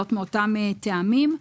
זאת מאותם טעמים.